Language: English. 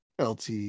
LT